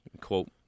quote